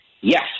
Yes